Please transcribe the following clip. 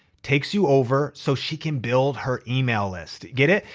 takes you over so she can build her email list. get it?